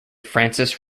francis